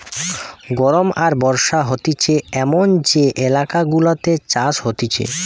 গরম আর বর্ষা হতিছে এমন যে এলাকা গুলাতে চাষ হতিছে